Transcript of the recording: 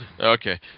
Okay